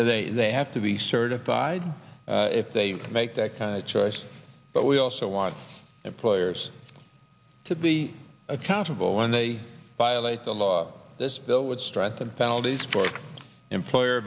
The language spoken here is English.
as they have to be certified if they make that choice but we also want employers to be accountable when they violate the law this bill would strengthen penalties for employer